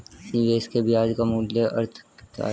निवेश के ब्याज मूल्य का अर्थ क्या है?